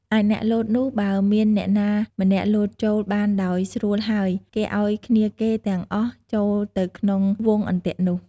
ឯអ្នកលោតនោះ បើមានអ្នកណាម្នាក់លោតចូលបានដោយស្រួលហើយ គេឲ្យគ្នាគេទាំងអស់ចូលទៅក្នុងវង់អន្ទាក់នោះ។